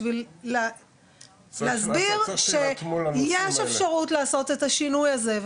בשביל להסביר שיש אפשרות לעשות את השינוי הזה,